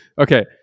Okay